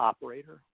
Operator